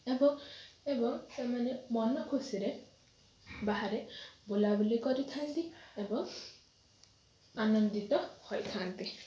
ଏବଂ ସେମାନେ ମନ ଖୁସିରେ ବାହାରେ ବୁଲାବୁଲି କରିଥାନ୍ତି ଏବଂ ଆନନ୍ଦିତ ହୋଇଥାନ୍ତି